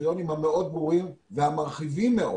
לקריטריונים המאוד ברורים והמרחיבים מאוד